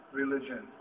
religion